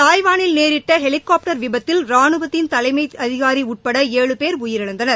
தாய்வானில் நேரிட்ட ஹெலிகாப்டர் விபத்தில் ராணுவத்தின் தலைமை அதிகாரி உட்பட ஏழு போ உயிரிழந்தனர்